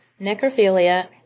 necrophilia